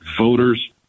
voters